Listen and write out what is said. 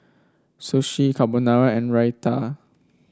Sashimi Carbonara and Raita